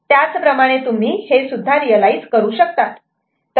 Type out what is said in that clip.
त्याच प्रमाणे तुम्ही हे सुद्धा रियलायझ करू शकतात